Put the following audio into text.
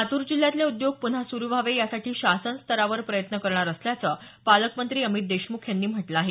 लातूर जिल्ह्यातले उद्योग पुन्हा सुरु व्हावे यासाठी शासन स्तरावर प्रयत्न करणार असल्याचं पालकमंत्री अमित देशमुख यांनी म्हटलं आहे